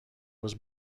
was